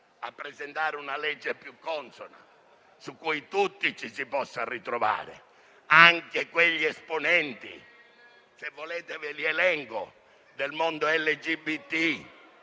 a presentare un disegno di legge più consono, su cui tutti ci si possa ritrovare, anche quegli esponenti - se volete ve li elenco - del mondo LGBT